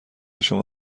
شما